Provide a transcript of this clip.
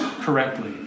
correctly